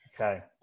Okay